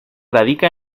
radica